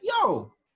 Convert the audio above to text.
Yo